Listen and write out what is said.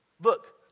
Look